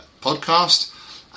podcast